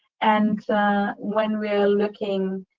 and when we're looking,